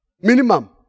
minimum